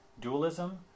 dualism